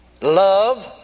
Love